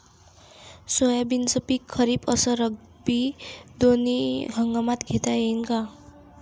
सोयाबीनचं पिक खरीप अस रब्बी दोनी हंगामात घेता येईन का?